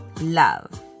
love